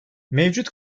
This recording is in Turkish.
mevcut